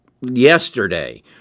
yesterday